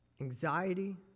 anxiety